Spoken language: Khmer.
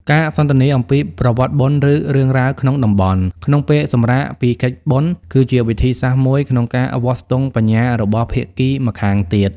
ការសន្ទនាអំពី "ប្រវត្តិបុណ្យ" ឬ "រឿងរ៉ាវក្នុងតំបន់" ក្នុងពេលសម្រាកពីកិច្ចបុណ្យ គឺជាវិធីសាស្ត្រមួយក្នុងការវាស់ស្ទង់បញ្ញារបស់ភាគីម្ខាងទៀត។